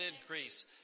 increase